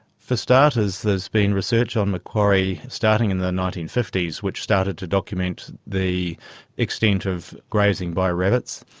for starters there has been research on macquarie starting in the nineteen fifty s which started to document the extent of grazing by rabbits.